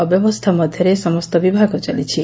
ଅବ୍ୟବସ୍ଥା ମଧ୍ଧରେ ସମସ୍ତ ବିଭାଗ ଚାଲିଛି